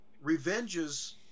revenges